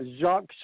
Jacques